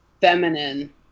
feminine